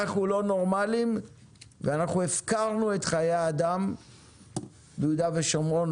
אנחנו לא נורמליים ואנחנו הפקרנו את חיי האדם ביהודה ושומרון,